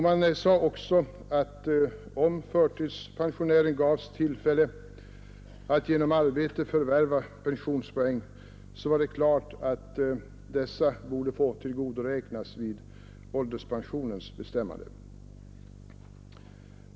Man sade också att om förtidspensionären gavs tillfälle att genom arbete förvärva pensionspoäng, så var det klart att dessa borde få tillgodoräknas vid ålderspensionens bestämmande.